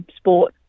sport